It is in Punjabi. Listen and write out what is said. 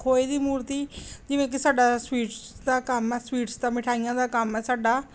ਖੋਏ ਦੀ ਮੂਰਤੀ ਜਿਵੇਂ ਕਿ ਸਾਡਾ ਸਵੀਟਸ ਦਾ ਕੰਮ ਆ ਸਵੀਟਸ ਦਾ ਮਿਠਾਈਆਂ ਦਾ ਕੰਮ ਹੈ ਸਾਡਾ